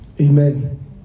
amen